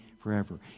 forever